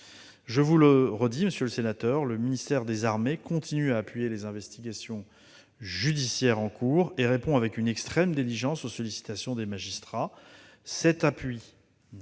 Je vous le redis, monsieur le sénateur, le ministère des armées continue à appuyer les investigations judiciaires en cours et répond avec une extrême diligence aux sollicitations des magistrats. En revanche, cet appui n'a pas vocation